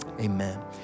amen